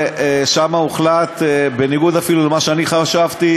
ושם הוחלט, בניגוד אפילו למה שאני חשבתי,